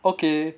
okay